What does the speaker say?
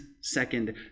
second